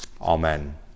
Amen